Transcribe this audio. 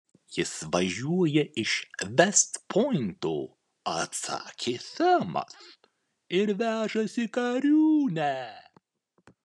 jis važiuoja iš vest pointo atsakė semas ir vežasi kariūnę